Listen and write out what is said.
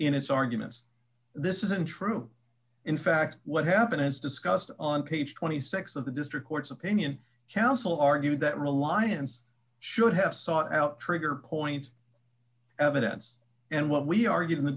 in its arguments this isn't true in fact what happened as discussed on page twenty six of the district court's opinion counsel argued that reliance should have sought out trigger point evidence and what we are g